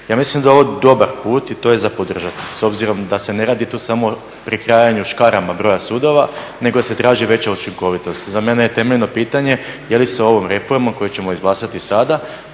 Ja mislim da je ovo dobar put i to je za podržati, s obzirom da se ne radi tu samo o prekrajanju škarama broja sudova, nego se traži veća učinkovitost. Za mene je temeljno pitanje je li se ovom reformom koju ćemo izglasati sada